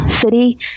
City